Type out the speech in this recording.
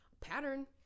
Pattern